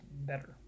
better